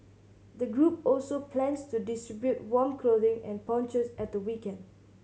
the group also plans to distribute warm clothing and ponchos at the weekend